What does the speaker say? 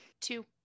Two